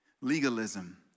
legalism